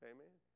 Amen